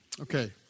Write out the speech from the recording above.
Okay